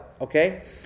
okay